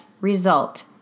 result